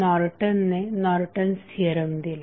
Norton ने Norton's theorem दिला